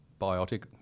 biotic